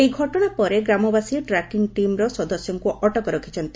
ଏହି ଘଟଣା ପରେ ଗ୍ରାମବାସୀ ଟ୍ରାକିଂ ଟିମ୍ର ସଦସ୍ୟଙ୍କୁ ଅଟକ ରଖିଛନ୍ତି